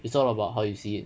it's all about how you see it